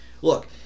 look –